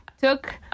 took